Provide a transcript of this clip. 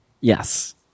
Yes